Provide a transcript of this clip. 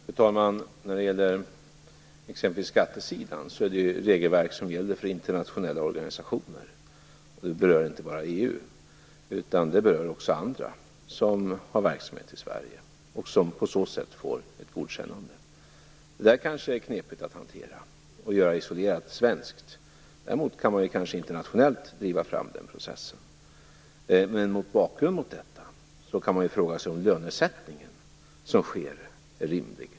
Fru talman! På exempelvis skattesidan är det regelverk som gäller för internationella organisationer, och det berör inte bara EU utan också andra som har verksamhet i Sverige och som på så sätt får ett godkännande. Det där kanske är knepigt att hantera och göra det isolerat svenskt. Däremot kan man kanske internationellt driva fram den processen. Men mot bakgrund av detta kan man fråga sig om lönesättningen är rimlig.